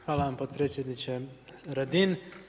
Hvala vam potpredsjedniče Radin.